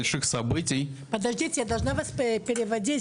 מכרתי את החברה בגלל הקורונה בסוף